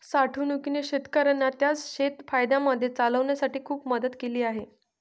साठवणूकीने शेतकऱ्यांना त्यांचं शेत फायद्यामध्ये चालवण्यासाठी खूप मदत केली आहे